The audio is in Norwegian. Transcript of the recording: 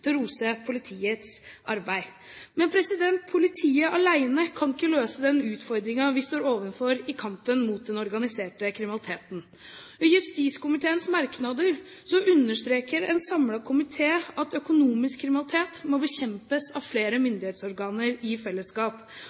til å rose politiets arbeid. Men politiet alene kan ikke løse den utfordringen vi står overfor i kampen mot den organiserte kriminaliteten. I justiskomiteens merknader understreker en samlet komité at økonomisk kriminalitet må bekjempes av flere myndighetsorganer i fellesskap.